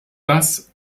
das